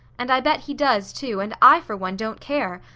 and i bet he does, too, and i, for one, don't care.